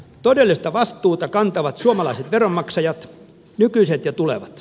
todellista vastuuta kantavat suomalaiset veronmaksajat nykyiset ja tulevat